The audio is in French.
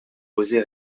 osé